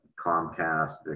Comcast